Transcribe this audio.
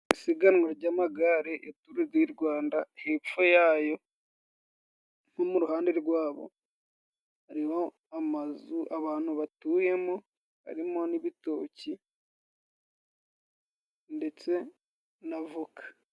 Isiganwa ry'amagare eturu di Rwanda, hepfo yayo nko mu ruhande rwabo hariho amazu abantu batuyemo, harimo ni ibitoki ndetse n'avoka.